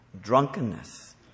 drunkenness